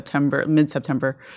mid-September